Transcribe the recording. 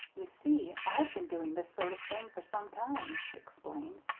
you see, i've been doing this sort of thing for some time, she explained,